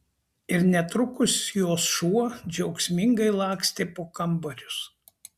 ir netrukus jos šuo džiaugsmingai lakstė po kambarius